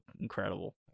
incredible